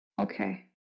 Okay